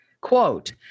quote